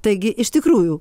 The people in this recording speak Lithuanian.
taigi iš tikrųjų